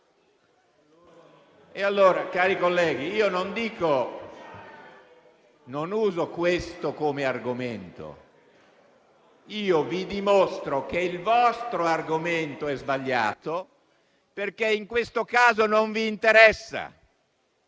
E allora, cari colleghi, io non uso questo come argomento. Io vi dimostro che il vostro argomento è sbagliato, perché in questo caso non vi interessa